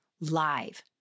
live